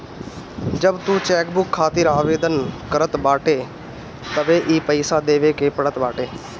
जब तू चेकबुक खातिर आवेदन करत बाटअ तबे इ पईसा देवे के पड़त बाटे